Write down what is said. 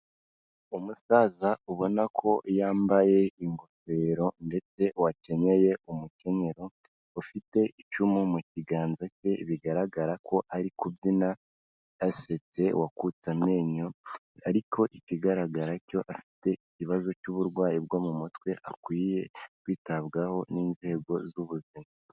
Umusaza ubona ko yambaye ingofero ndetse wakenyeye umukenyero, ufite icumu mu kiganza cye bigaragara ko ari kubyina yasetse wakutse amenyo, ariko ikigaragara cyo afite ikibazo cy'uburwayi bwo mu mutwe akwiye kwitabwaho n'inzego z'ubuzima.